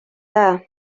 dda